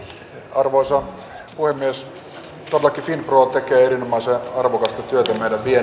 arvoisa puhemies todellakin finpro tekee erinomaisen arvokasta työtä meidän viennin